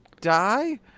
die